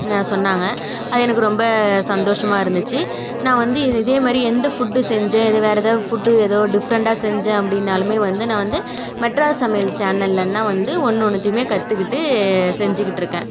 சொன்னாங்க அது எனக்கு ரொம்ப சந்தோஷமா இருந்துச்சு நான் வந்து இதே மாதிரி எந்த ஃபுட்டு செஞ்சேன் வேறு ஏதாவது ஃபுட்டு எதோ டிஃப்ரெண்ட்டாக செஞ்சேன் அப்படின்னாலுமே வந்து நான் வந்து மெட்ராஸ் சமையல் சேனலலுன்னா வந்து ஒன்று ஒன்னொத்தியுமே கற்றுக்கிட்டு செஞ்சுக்கிட்டு இருக்கேன்